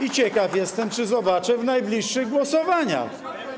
i ciekaw jestem, czy zobaczę w najbliższych głosowaniach.